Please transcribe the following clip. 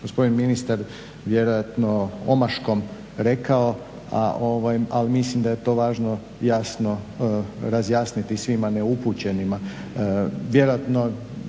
gospodin ministar vjerojatno omaškom rekao, ali mislim da je to važno jasno razjasniti svima neupućenima.